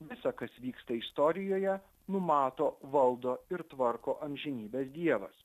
visa kas vyksta istorijoje numato valdo ir tvarko amžinybės dievas